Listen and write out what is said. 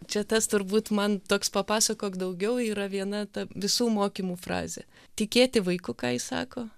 čia tas turbūt man toks papasakok daugiau yra viena ta visų mokymų frazė tikėti vaiku ką jis sako